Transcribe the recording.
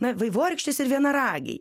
na vaivorykštės ir vienaragiai